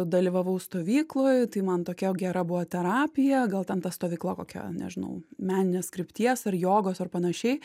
dalyvavau stovykloj tai man tokia gera buvo terapija gal ten ta stovykla kokia nežinau meninės krypties ar jogos ar panašiai